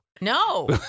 No